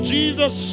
Jesus